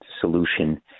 solution